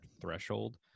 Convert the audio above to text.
threshold